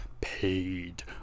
paid